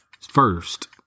First